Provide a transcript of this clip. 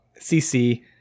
CC